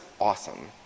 awesome